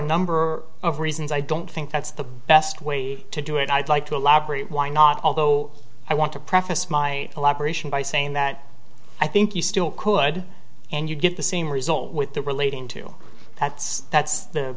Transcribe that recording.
number of reasons i don't think that's the best way to do it i'd like to elaborate why not although i want to preface my elaboration by saying that i think you still could and you get the same result with the relating to that's that's the